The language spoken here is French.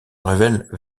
révèle